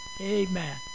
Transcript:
Amen